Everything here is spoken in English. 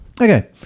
Okay